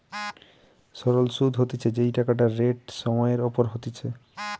সরল সুধ হতিছে যেই টাকাটা রেট সময় এর ওপর হতিছে